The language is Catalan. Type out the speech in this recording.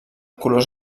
colors